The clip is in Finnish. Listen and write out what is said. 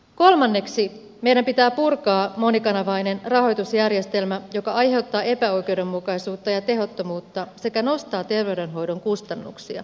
kolmanneksi meidän pitää purkaa monikanavainen rahoitusjärjestelmä joka aiheuttaa epäoikeudenmukaisuutta ja tehottomuutta sekä nostaa terveydenhoidon kustannuksia